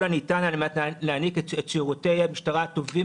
הניתן על מנת להעניק את שירותי המשטרה הטובים